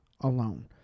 alone